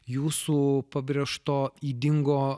jūsų pabrėžto ydingo